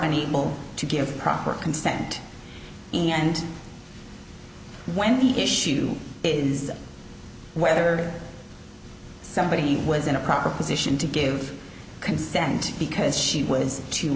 will to give proper consent and when the issue is whether somebody was in a proper position to give consent because she was too